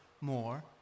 more